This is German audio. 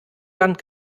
land